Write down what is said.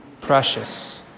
precious